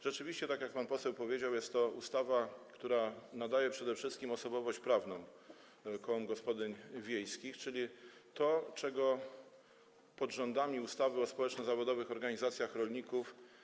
Rzeczywiście, tak jak pan poseł powiedział, jest to ustawa, która przede wszystkim nadaje osobowość prawną kołom gospodyń wiejskich, czyli to, czego koła nie miały pod rządami ustawy o społeczno-zawodowych organizacjach rolników.